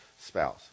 spouse